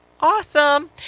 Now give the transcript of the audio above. awesome